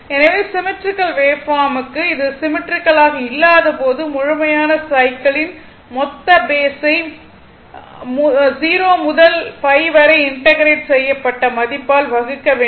எனவே சிம்மெட்ரிக்கல் வேவ்பார்ம்க்கு இது சிம்மெட்ரிக்கல் ஆக இல்லாத போது முழுமையான சைக்கிளின் மொத்த பேஸ் ஐ 0 முதல் π வரை இன்டெக்ரேட் செய்யப்பட்ட மதிப்பால் வகுக்க வேண்டும்